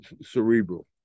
cerebral